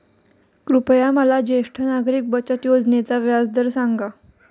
कृपया मला ज्येष्ठ नागरिक बचत योजनेचा व्याजदर सांगा